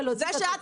את הולכת לממן